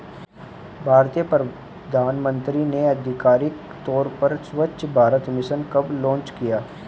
भारतीय प्रधानमंत्री ने आधिकारिक तौर पर स्वच्छ भारत मिशन कब लॉन्च किया?